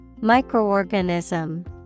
Microorganism